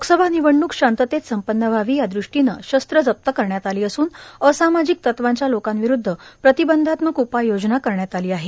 लोकसभा निवडणूक शांततेत संपन्न व्हावी यादृष्टीनं शस्त्र जप्त करण्यात आली असून असामाजिक तत्त्वांच्या लोकांविरूध्द प्रतिबंधात्मक उपाययोजना करण्यात आली आहे